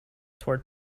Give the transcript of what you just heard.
toward